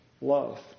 love